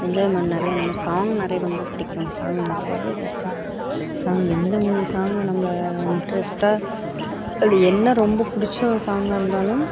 enjoyment நிறையா இந்த மாதிரி சாங் நிறையா ரொம்ப பிடிக்கும் சாங் நிறைய கேட்பேன் சாங் எந்த மூவி சாங்கில் நம்பளை இன்ட்ரெஸ்ட்டாக அதில் என்ன ரொம்ப பிடிச்ச ஒரு சாங்காக இருந்தாலும்